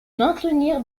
maintenir